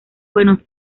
buenos